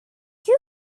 you